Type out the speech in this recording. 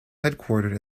headquartered